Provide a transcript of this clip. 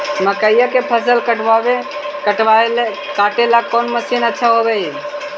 मकइया के फसल काटेला कौन मशीन अच्छा होव हई?